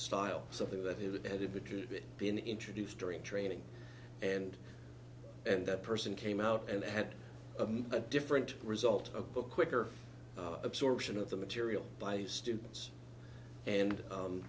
style something that had a bit been introduced during training and and that person came out and had a different result a book quicker absorption of the material by the students and